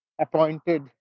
appointed